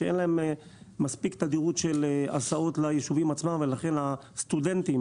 שאין להם תדירות מספקת ליישובים עצמם ולכן הסטודנטים